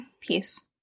Peace